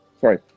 sorry